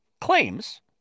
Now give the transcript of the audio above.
claims